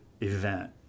event